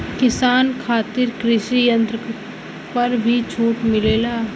किसान खातिर कृषि यंत्र पर भी छूट मिलेला?